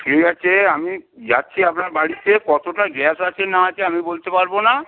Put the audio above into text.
ঠিক আছে আমি যাচ্ছি আপনার বাড়িতে কতটা গ্যাস আছে না আছে আমি বলতে পারব না